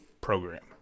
program